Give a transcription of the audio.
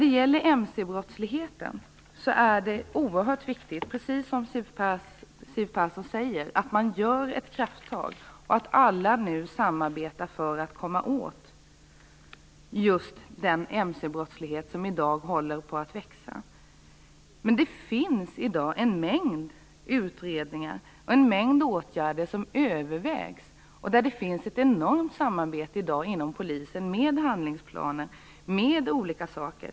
Det är oerhört viktigt att man tar krafttag mot mcbrottsligheten, precis som Siw Persson sade, och att alla nu samarbetar för att komma åt den växande mcbrottsligheten. Men det finns i dag en mängd utredningar och en mängd åtgärder som övervägs. Det finns ett enormt samarbete inom polisen, med handlingsplaner och annat.